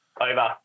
over